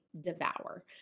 devour